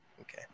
okay